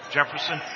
Jefferson